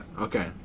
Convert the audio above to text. okay